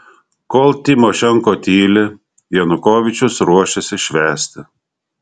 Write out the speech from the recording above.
kol tymošenko tyli janukovyčius ruošiasi švęsti